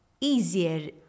easier